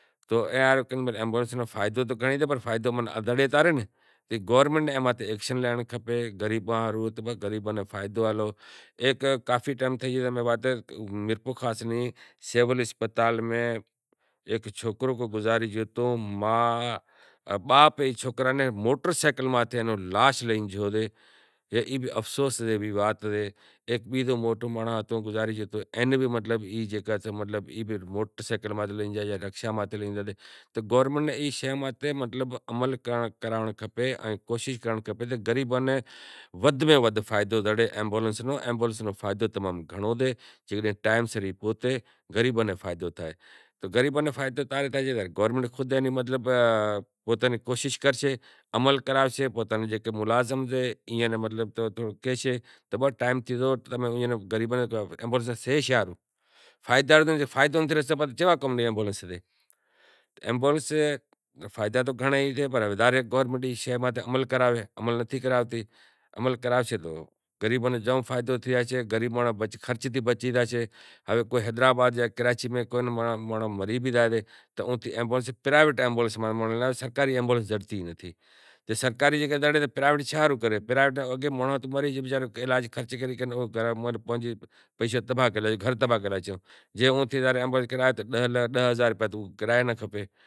ایمبولینس نو فائدو زڑے تاں رے گورمینٹ نیں غریباں ہاروں ایکشن لینڑ کھپے ۔ کافی ٹیم تھئی گیو میرپورخاص ماں ہیک سوکرو گزاری گیو تو باپ وسارو اوئے نیں موٹر سینکل ماتھے لاش لئی گیو تو ای افسوس نیں وات سے تو گورمینٹ نیں مطلب عمل کرائنڑ کھپے ان کوشش کرنڑ کھپے کہ غریبان نیں ودھ میں ودھ ایمبولینس نو فائدو تھے۔ تو غریباں ناں فائدو تا رے تھائیسے جنیں گورمینٹ خود مطلب پوتانی کوشش کرشے عمل کراوشے ملازم سیں ایئاں ناں مطلب کہیشے تو بھائی ٹیم تھئی گیو فائدا ناں ڈے تو کیوا کام ڈے۔ عمل کراوشے تو غریباں ناں زام فائدو تھیشے عوام خرچ تھیں بچے زاشیں، مانڑو وچاراں کن پیشو تباہ کرے لاشو جے ایمبولینس ناں پیشا ماتھے لئی زائیں تو ڈاہ ہزار تو